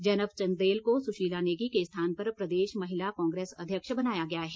जैनब चंदेल को सुशीला नेगी के स्थान पर प्रदेश महिला कांग्रेस अध्यक्ष बनाया गया है